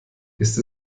ist